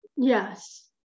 Yes